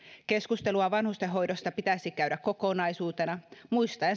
keskustelua vanhustenhoidosta pitäisi käydä kokonaisuutena muistaen